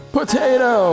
Potato